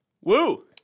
Woo